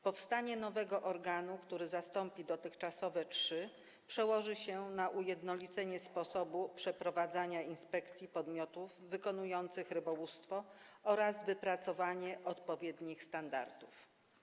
Powstanie nowego organu, który zastąpi dotychczasowe trzy, przełoży się na ujednolicenie sposobu przeprowadzania inspekcji podmiotów wykonujących rybołówstwo oraz na wypracowanie odpowiednich standardów.